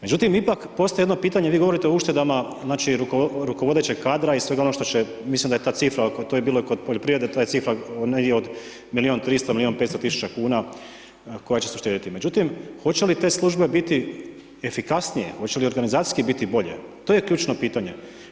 Međutim, ipak postoji jedno pitanje vi govorite o uštedama znači rukovodećeg kadra i svega onoga što će, mislim da je ta cifra, to je bilo i kod poljoprivrede, to cifra negdje od milion 300, milion 500 tisuća kuna koja će se uštedjeti, međutim hoće li te službe biti efikasnije, hoće li organizacijski biti bolje, to je ključno pitanje?